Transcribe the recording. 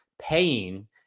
paying